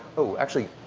oh, actually